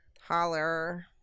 Holler